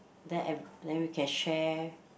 then every then we can share